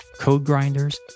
CodeGrinders